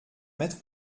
mettre